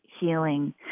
healing